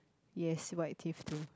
yes white teeth too